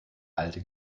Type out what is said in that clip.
alte